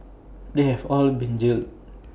they have all been jailed